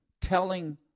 telling